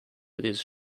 his